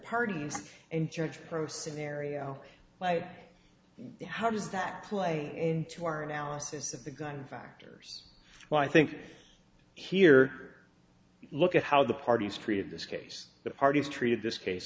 pardons and george pro scenario like how does that play into our analysis of the gun factors why i think here look at how the parties treated this case the parties treated this case